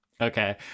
Okay